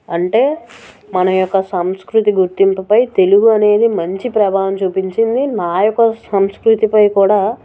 అంటే మన యొక్క సంస్కృతి గుర్తింపుపై తెలుగు అనేది మంచి ప్రభావం చూపించింది నాయకుల సంస్కృతిపై కూడా